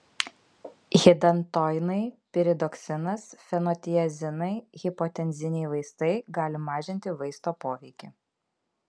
hidantoinai piridoksinas fenotiazinai hipotenziniai vaistai gali mažinti vaisto poveikį